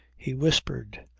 he whispered.